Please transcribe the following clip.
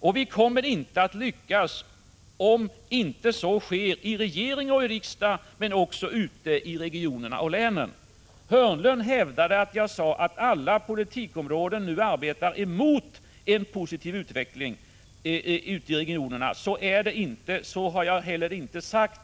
och vi kommer inte att lyckas om inte så sker i regering och riksdag men också ute i regionerna och i länen.” Börje Hörnlund hävdade att jag sade att alla politikområden nu arbetar emot en positiv utveckling ute i regionerna. Så är det inte, och så har jag heller inte sagt.